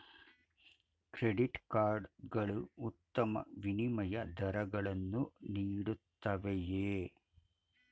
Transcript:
Credit card ಗಳು ಉತ್ತಮ ವಿನಿಮಯ ದರಗಳನ್ನು ನೀಡುತ್ತವೆಯೇ?